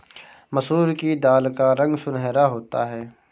मसूर की दाल का रंग सुनहरा होता है